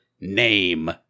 name